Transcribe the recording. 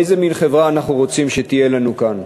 איזה מין חברה אנחנו רוצים שתהיה לנו כאן?